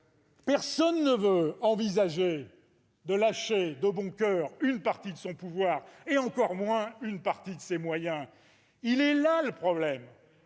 Personne ne veut envisager de lâcher de bon coeur une partie de son pouvoir et, encore moins, de ses moyens. Là est le problème